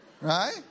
Right